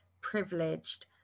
privileged